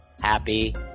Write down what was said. Happy